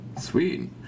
Sweet